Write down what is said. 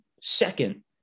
second